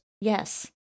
Yes